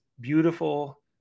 beautiful